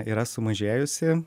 yra sumažėjusi